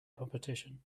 competition